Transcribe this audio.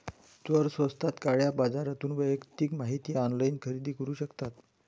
चोर स्वस्तात काळ्या बाजारातून वैयक्तिक माहिती ऑनलाइन खरेदी करू शकतात